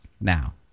now